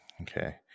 Okay